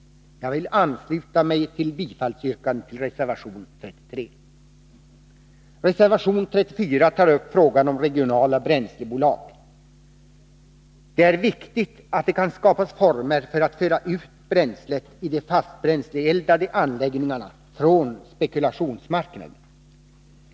Jag vill ansluta mig till yrkandet om bifall till reservation 33. Reservation 34 tar upp frågan om regionala bränslebolag. Det är viktigt att det kan skapas former för att föra ut bränslet i de fastbränsleeldade anläggningarna från spekulationsmarknaden.